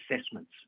assessments